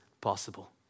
possible